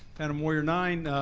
adam warrior nine,